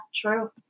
true